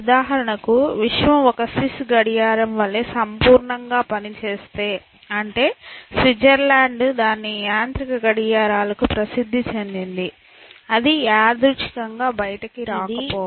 ఉదాహరణకి విశ్వం ఒక స్విస్ గడియారం వలె సంపూర్ణంగా పనిచేస్తే అంటే స్విట్జర్లాండ్ దాని యాంత్రిక గడియారాలకు ప్రసిద్ది చెందింది అది యాదృచ్ఛికంగా బయటకు రాకపోవచ్చు